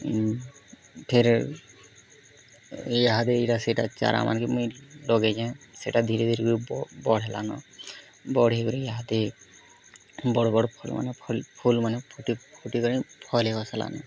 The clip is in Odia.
ଫେର୍ ଇହାଦେ ଇଟା ସେଟା ଚାରାମାନ୍କେ ମୁଇଁ ଲଗେଇଚେଁ ସେଟା ଧିରେ ଧିରେ ବ ବଡ଼୍ ହେଲାନ ବଡ଼୍ ହେଇ କରି ଇହାଦେ ବଡ଼୍ ବଡ଼୍ ଫୁଲ୍ ଫୁଲ୍ମାନେ ଫୁଟି ଫୁଟି କିରି ଫଲି ବସ୍ଲାନ